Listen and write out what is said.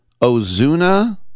Ozuna